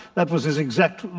that was his exact,